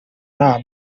nama